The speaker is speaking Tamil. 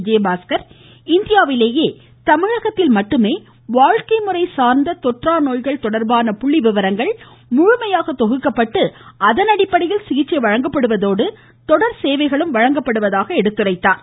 விஜயபாஸ்கர் இந்தியாவிலேயே தமிழகத்தில் மட்டுமே வாழ்க்கை முறை சார்ந்த தொற்றா நோய்கள் தொடர்பான புள்ளி விவரங்கள் முழுமையாக தொகுக்கப்பட்டு அதன் அடிப்படையில் சிகிச்சை வழங்கப்படுவதோடு தொடர் சேவைகளும் வழங்கப்படுவதாக தெரிவித்தார்